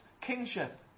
kingship